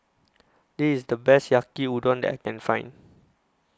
This IS The Best Yaki Udon I Can Find